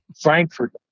Frankfurt